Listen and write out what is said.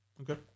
Okay